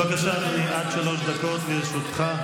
בבקשה, אדוני, עד שלוש דקות לרשותך.